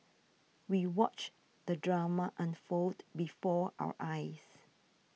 we watched the drama unfold before our eyes